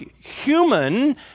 human